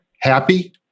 Happy